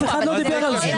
אף אחד לא דיבר על זה.